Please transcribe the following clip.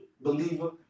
believer